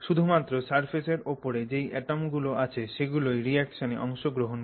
শুধু মাত্র সারফেসের ওপরে যেই অ্যাটম গুলো আছে সেগুলোই রিঅ্যাকশনে অংশগ্রহণ করে